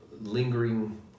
lingering